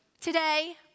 today